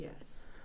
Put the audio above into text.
Yes